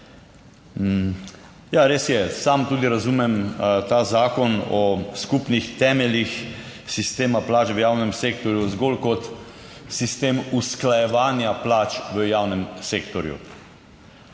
– 15.00** (Nadaljevanje) ta zakon o skupnih temeljih sistema plač v javnem sektorju zgolj kot sistem usklajevanja plač v javnem sektorju.